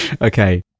Okay